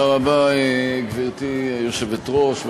גברתי היושבת-ראש,